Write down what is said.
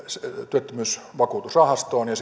työttömyysvakuutusrahastoon ja